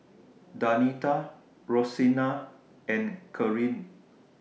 Danita Roseanna and Caryn